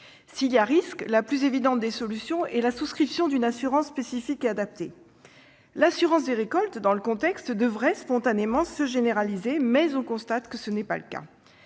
S'il y a risque, la plus évidente des solutions est la souscription d'une assurance spécifique et adaptée. L'assurance des récoltes, dans le contexte, devrait spontanément se généraliser, mais on constate que tel n'est pas le cas.